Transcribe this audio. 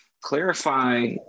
clarify